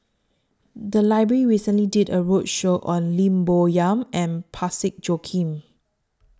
The Library recently did A roadshow on Lim Bo Yam and Parsick Joaquim